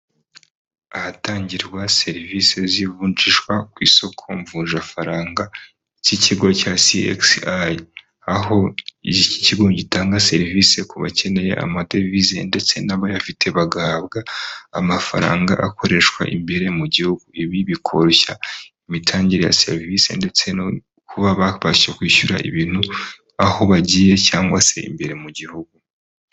Ahatangirwa serivisi z'ivunjishwa ku isoko mvunjafaranga ry'ikigo cya CXI, aho iki kigo gitanga serivisi ku bakeneye amadevize ndetse n'abayafite bagahabwa amafaranga akoreshwa imbere mu gihugu, ibi bikoroshya imitangire ya serivisi ndetse no kuba babasha kwishyura ibintu aho bagiye cyangwa se imbere mu gihugu.